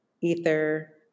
ether